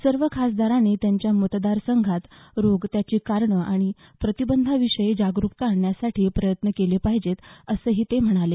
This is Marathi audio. सर्व खासदारांनी त्यांच्या मतदारसंघात रोग त्याची कारणं आणि प्रतिबंधाविषयी जागरूकता आणण्यासाठी प्रयत्न केले पाहिजेत असंही ते म्हणाले